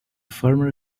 farmer